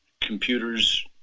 Computers